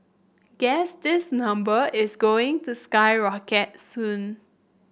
guess this number is going to skyrocket soon